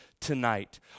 tonight